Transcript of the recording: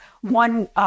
one